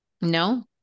no